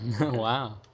Wow